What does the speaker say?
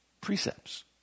precepts